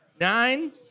nine